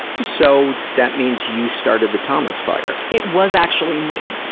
so, that means you started the thomas fire. it was actually me.